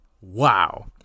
Wow